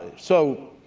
so